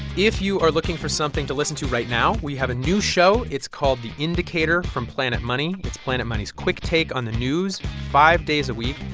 if you are looking for something to listen to right now, we have a new show. it's called the indicator from planet money. it's planet money's quick take on the news five days a week.